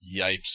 Yipes